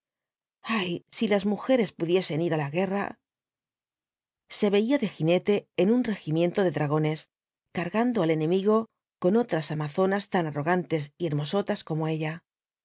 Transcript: ay si las mujeres pudiesen ir á la guerra se veía de jinete en un regimiento de dragones cargando al enemigo con otras amazonas tan arrogantes y hermosotas como ella